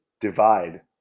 divide